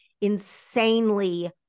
insanely